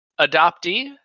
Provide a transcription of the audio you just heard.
adoptee